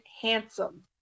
handsome